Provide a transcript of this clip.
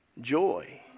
joy